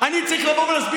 אתה לא ממלא את חובתך.